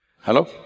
Hello